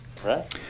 Right